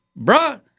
bruh